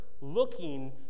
looking